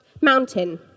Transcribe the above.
mountain